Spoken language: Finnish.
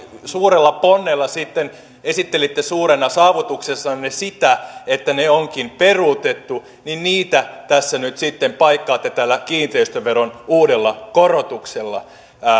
suurella ponnella sitten esittelitte suurena saavutuksenanne sitä että ne onkin peruutettu niin niitä tässä nyt sitten paikkaatte tällä kiinteistöveron uudella korotuksella